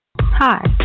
Hi